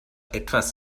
etwas